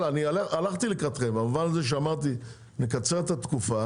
אבל אני הלכתי קראתם במובן הזה שאמרתי נקצר את התקופה